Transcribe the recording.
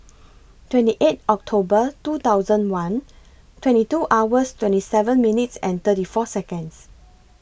twenty eight October two thousand one twenty two hours twenty seven minutes thirty four Seconds